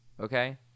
okay